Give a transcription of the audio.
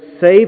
save